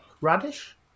Radish